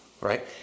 right